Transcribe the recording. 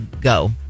go